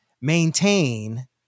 maintain